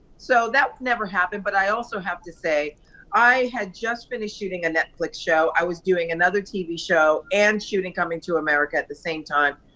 so that never happened, but i also have to say i had just finished shooting a netflix show, i was doing another tv show, and shooting coming to america at the same time,